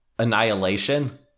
Annihilation